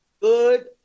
good